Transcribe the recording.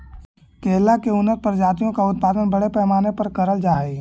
केला की उन्नत प्रजातियों का उत्पादन बड़े पैमाने पर करल जा हई